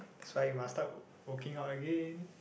that's why you must start work working out again